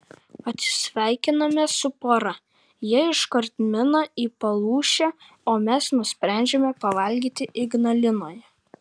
atsisveikiname su pora jie iškart mina į palūšę o mes nusprendžiame pavalgyti ignalinoje